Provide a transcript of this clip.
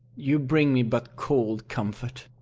you bring me but cold comfort.